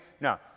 No